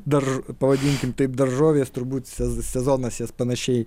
dar pavadinkim taip daržovės turbūt sez sezonas jas panašiai